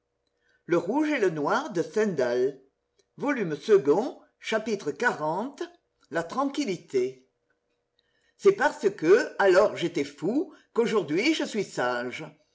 chapitre xl la tranquillité c'est parce que alors j'étais fou qu'aujourd'hui je suis sage